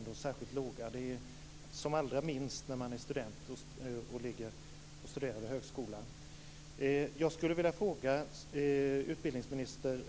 De är som lägst för studenter som läser vid högskola.